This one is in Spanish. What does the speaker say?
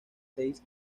seis